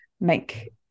make